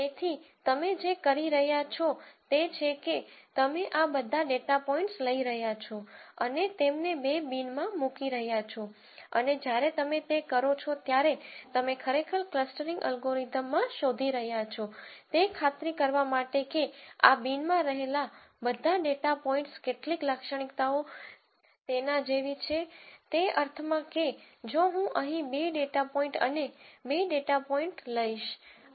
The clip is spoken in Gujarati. તેથી તમે જે કરી રહ્યાં છો તે છે કે તમે આ બધા ડેટા પોઇન્ટ્સ લઈ રહ્યા છો અને તેમને બે બિનમાં મૂકી રહ્યા છો અને જ્યારે તમે તે કરો છો ત્યારે તમે ખરેખર ક્લસ્ટરિંગ એલ્ગોરિધમ માં શોધી રહ્યા છો તે ખાતરી કરવા માટે કે આ બિનમાં રહેલા બધા ડેટા પોઇન્ટ્સ કેટલીક લાક્ષણિકતાઓ તેના જેવી છે તે અર્થમાં કે જો હું અહીં બે ડેટા પોઇન્ટ અને બે ડેટા પોઇન્ટ લઈશ